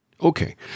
Okay